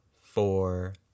four